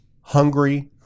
hungry